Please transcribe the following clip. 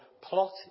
plot